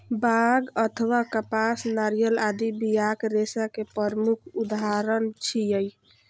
बांग अथवा कपास, नारियल आदि बियाक रेशा के प्रमुख उदाहरण छियै